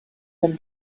them